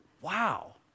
Wow